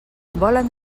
volen